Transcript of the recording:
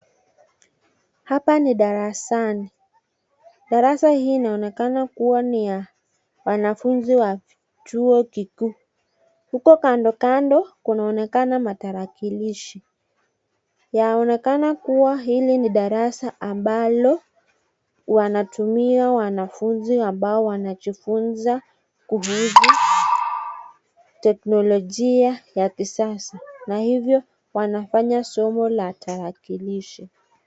Hapa ni darasani, darasa hii inaonekana kuwa ni ya wanafunzi wa chuo kikuu, huko kandokando kunaonekana matarakilishi, yaonekana kuwa hili ni darasa ambalo wanatumia wanafunzi ambao wanajifunza kuhusu teknolojia ya kisasa na hivyo wanafanya somo la tarakilishi.